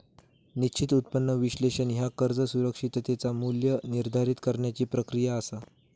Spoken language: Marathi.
निश्चित उत्पन्न विश्लेषण ह्या कर्ज सुरक्षिततेचा मू्ल्य निर्धारित करण्याची प्रक्रिया असा